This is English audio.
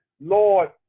Lord